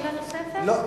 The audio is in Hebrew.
שאלה נוספת.